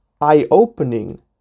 eye-opening